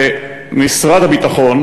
ולמשרד הביטחון: